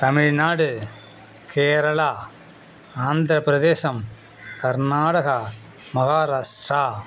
Tamil Nadu Kerala Andhra Pradesh Karnataka Maharashtra